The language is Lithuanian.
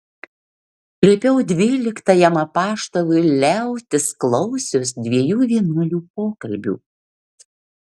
liepiau dvyliktajam apaštalui liautis klausius dviejų vienuolių pokalbių